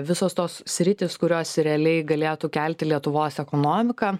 visos tos sritys kurios realiai galėtų kelti lietuvos ekonomiką